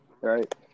right